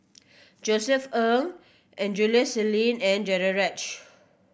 Josef Ng Angelo Sanelli and Danaraj